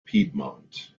piedmont